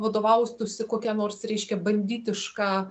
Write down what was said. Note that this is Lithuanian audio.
vadovautųsi kokia nors reiškia banditiška